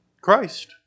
Christ